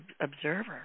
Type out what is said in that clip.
observer